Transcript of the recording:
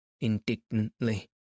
indignantly